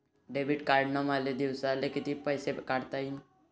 Debit कार्डनं मले दिवसाले कितीक पैसे काढता येईन?